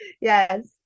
Yes